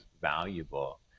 valuable